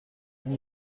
این